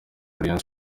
rayon